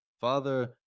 Father